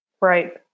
Right